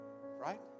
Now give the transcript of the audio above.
Right